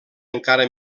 encara